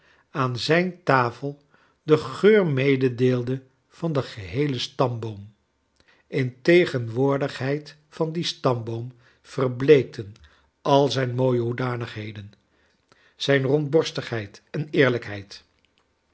aan zijn tafel den geur meedeelde van den geheelen stamboom in tegenwoordigheid van dien stamboom verbleektm al zijn mooie hoedanigheden zijn rondborstigheid en eerlijkheid